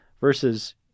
Versus